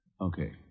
Okay